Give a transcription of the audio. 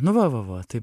nu va va va tai